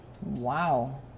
Wow